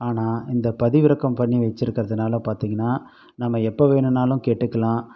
ஆனால் இந்த பதிவிறக்கம் பண்ணி வச்சுருக்கறதுனால பார்த்தீங்கன்னா நம்ம எப்போ வேணும்னாலும் கேட்டுக்கலாம்